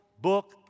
book